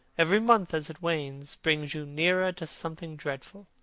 every month as it wanes brings you nearer to something dreadful.